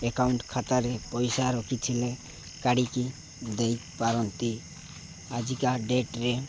account ଖାତାରେ ପଇସା ରଖିଥିଲେ କାଢ଼ିକି ଦେଇପାରନ୍ତି ଆଜିକା ଡେଟରେ